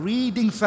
Reading